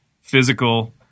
physical